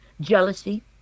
Jealousy